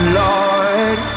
lord